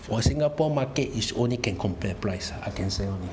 for singapore market is only can compare price I can say